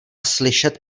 slyšet